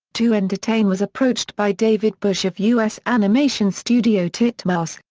two entertain was approached by david busch of us animation studio titmouse,